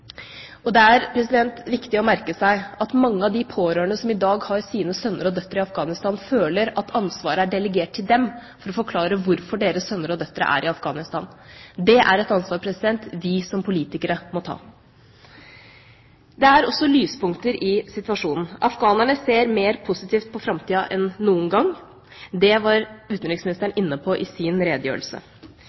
Det er viktig å merke seg at mange av de pårørende som i dag har sine sønner og døtre i Afghanistan, føler at ansvaret er delegert til dem for å forklare hvorfor deres sønner og døtre er i Afghanistan. Det er et ansvar vi som politikere må ta. Det er også lyspunkter i situasjonen. Afghanerne ser mer positivt på framtida enn noen gang. Det var utenriksministeren inne på i sin redegjørelse.